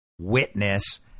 witness